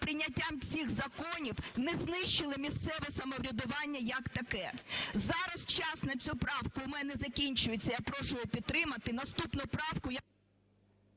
прийняттям цих законів не знищили місцевого самоврядування як таке. Зараз час на цю правку в мене закінчується, я прошу її підтримати. Наступну правку я...